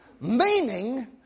Meaning